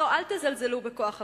לא, אל תזלזלו בכוח הוויתור.